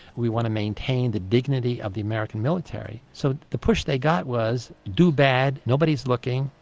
we want to maintain the dignity of the american military. so the push they got was do bad, nobody's looking,